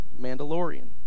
Mandalorian